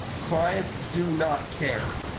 clients do not care.